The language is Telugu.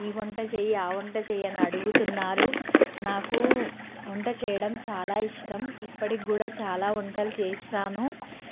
ఈ వంట చేయి ఆ వంట చేయి అని అడుగుతున్నారు నాకు వంట చేయడం చాలా ఇష్టం ఇప్పటికి కూడా చాలా వంటలు చేస్తాను